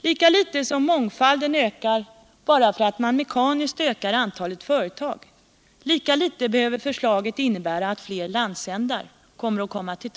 Lika litet som mångfalden ökar bara för att man mekaniskt ökar antalet företag, lika litet behöver förslaget innebära att fler landsändar kommer till tals.